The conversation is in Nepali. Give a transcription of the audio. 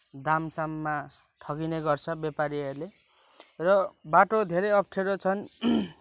दामसाममा ठगिने गर्छ व्यापारीहरूले र बाटो धेरै अप्ठ्यारो छन्